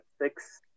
six